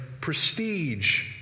prestige